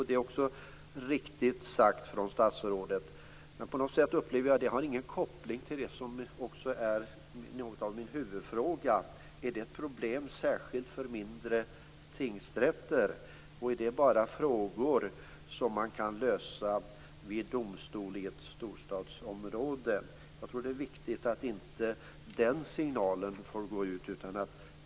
Det är också riktigt sagt av statsrådet. Men det har ingen koppling till det som är något av min huvudfråga. Är det ett problem särskilt för mindre tingsrätter, och är det bara frågor som man kan lösa vid domstolar i ett storstadsområde? Jag tror att det är viktigt att inte den signalen får gå ut.